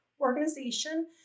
organization